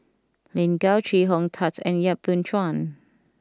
Lin Gao Chee Hong Tat and Yap Boon Chuan